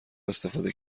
استفاده